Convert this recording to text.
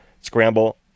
scramble